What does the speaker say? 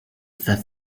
that